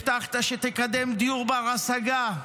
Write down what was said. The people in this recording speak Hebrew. הבטחת שתקדם דיור בר השגה,